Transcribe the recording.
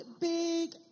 big